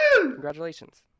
Congratulations